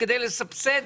כדי לסבסד.